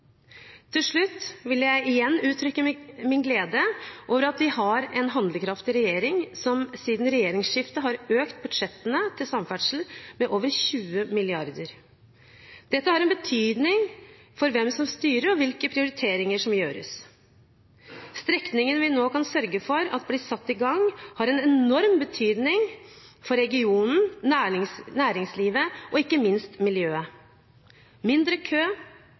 Til slutt vil jeg igjen uttrykke min glede over at vi har en handlekraftig regjering som siden regjeringsskiftet har økt budsjettene til samferdsel med over 20 mrd. kr. Det har en betydning hvem som styrer, og hvilke prioriteringer som gjøres. Strekningen vi nå kan sørge for blir satt i gang, har en enorm betydning for regionen, næringslivet og ikke minst miljøet. Mindre kø,